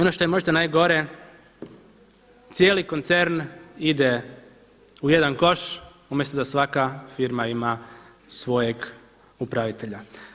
Ono što je možda najgore, cijeli koncern ide ujedan koš umjesto da svaka firma ima svojeg upravitelja.